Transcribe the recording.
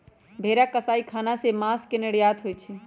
भेरा कसाई ख़ना से मास के निर्यात होइ छइ